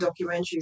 documentaries